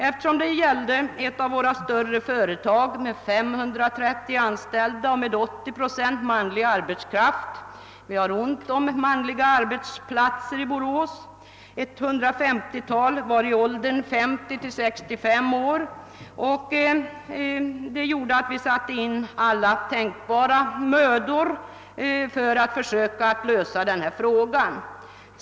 Eftersom det gällde ett av våra större företag med 530 anställda och med 80 procent manlig arbetskraft — vi har ont om arbetsplatser för manlig arbetskraft i Borås — och då ett 150-tal av de anställda var i åldern 50—65 år, satte vi genast in all tänkbar möda på att försöka lösa denna fråga.